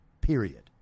period